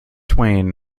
twain